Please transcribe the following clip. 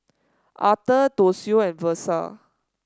Aurthur Toshio and Versa